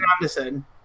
Anderson